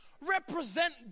Represent